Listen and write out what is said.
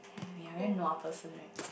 ya ya very nua person right